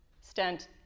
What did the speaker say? stent